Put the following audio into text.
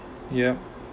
yup